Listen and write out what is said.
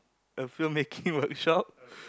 a film making workshop